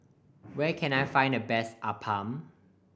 where can I find the best appam